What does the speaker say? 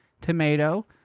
tomato